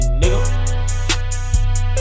nigga